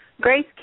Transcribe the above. grace